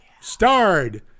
starred